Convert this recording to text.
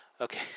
Okay